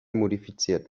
modifiziert